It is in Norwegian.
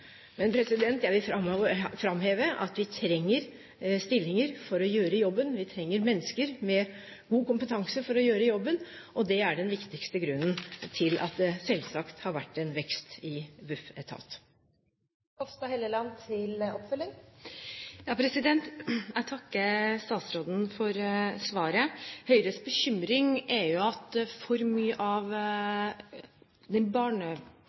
Men jeg vil framheve at vi trenger stillinger for å gjøre jobben, vi trenger mennesker med god kompetanse for å gjøre jobben, og det er den viktigste grunnen til at det selvsagt har vært en vekst i Bufetat. Jeg takker statsråden for svaret. Høyres bekymring er at for mye av den